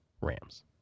Rams